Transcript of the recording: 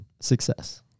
success